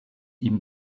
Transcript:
ihm